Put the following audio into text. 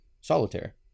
solitaire